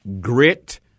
grit